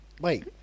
wait